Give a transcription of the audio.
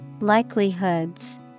Likelihoods